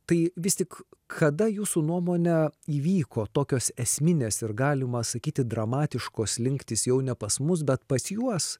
tai vis tik kada jūsų nuomone įvyko tokios esminės ir galima sakyti dramatiškos slinktys jau ne pas mus bet pas juos